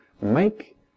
make